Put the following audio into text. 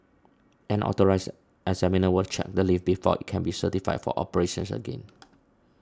an Authorised Examiner will check the lift before it can be certified for operations again